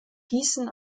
gießen